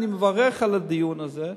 אני מברך על הדיון הזה,